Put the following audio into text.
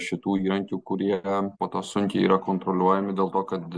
šitų įrankių kurie po to sunkiai yra kontroliuojami dėl to kad